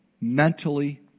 mentally